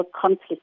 conflict